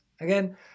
again